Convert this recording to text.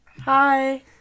Hi